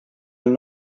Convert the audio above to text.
veel